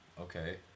Okay